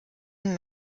und